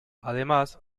además